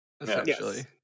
essentially